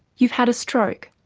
you've had a stroke,